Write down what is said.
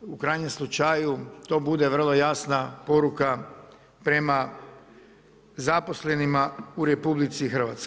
u krajnjem slučaju, to bude vrlo jasna poruka prema zaposlenima u RH.